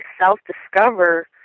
self-discover